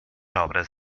obres